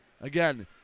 Again